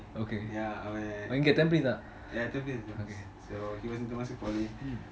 okay இங்க:inga tampines ah okay mmhmm